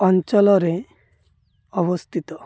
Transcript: ଅଞ୍ଚଳରେ ଅବସ୍ଥିତ